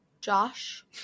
Josh